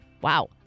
Wow